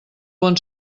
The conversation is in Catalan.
bon